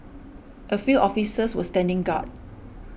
a few officers were standing guard